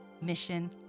mission